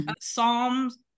Psalms